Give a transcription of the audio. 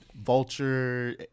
Vulture